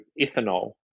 ethanol